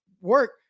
work